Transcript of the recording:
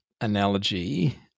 analogy